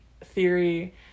theory